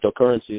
cryptocurrencies